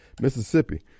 Mississippi